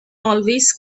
always